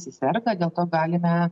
serga dėl to galime